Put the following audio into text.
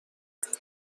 وضعیتم